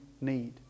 need